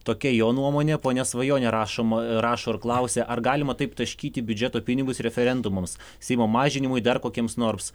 tokia jo nuomonė ponia svajonė rašom rašo ir klausia ar galima taip taškyti biudžeto pinigus referendumams seimo mažinimui dar kokiems nors